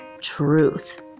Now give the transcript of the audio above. truth